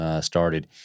started